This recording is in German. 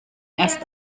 erst